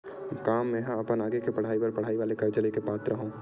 का मेंहा अपन आगे के पढई बर पढई वाले कर्जा ले के पात्र हव?